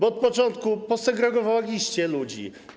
Od początku posegregowaliście ludzi.